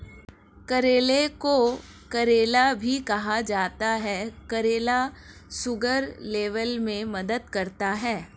करेले को करेला भी कहा जाता है करेला शुगर लेवल में मदद करता है